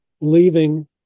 leaving